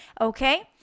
Okay